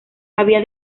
había